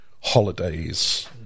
holidays